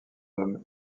hommes